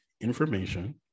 information